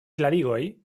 klarigoj